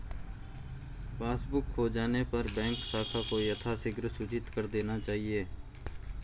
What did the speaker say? passbook खो जाने पर बैंक शाखा को यथाशीघ्र सूचित कर देना चाहिए